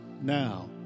now